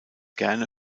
gerne